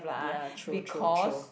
ya true true true